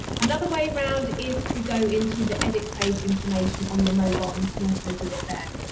another way around is to go into the edit page information on your mobile and you can also do it there.